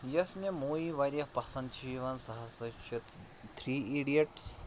یۄس مےٚ موٗوی واریاہ پَسنٛد چھِ یِوان سۄ ہَسا چھِ تھرٛی ایٖڈِیَٹٕس